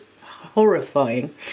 horrifying